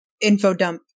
info-dump